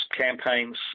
campaigns